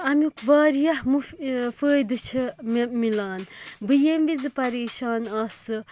اَمیُک وارِیاہ مُف فٲیدٕ چھُ مےٚ میلان بہٕ ییٚمہِ وِزِ پَریشان آسہِ